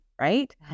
right